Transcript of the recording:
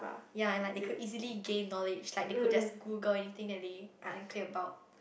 ya and like they could easily gain knowledge like they could just Google anything that they are unclear about